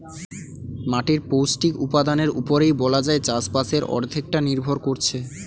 মাটির পৌষ্টিক উপাদানের উপরেই বলা যায় চাষবাসের অর্ধেকটা নির্ভর করছে